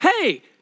hey